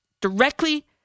directly